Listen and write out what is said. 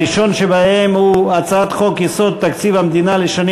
הראשון שבהם הוא הצעת חוק-יסוד: תקציב המדינה לשנים